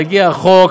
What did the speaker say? יגיע החוק,